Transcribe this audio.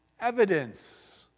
evidence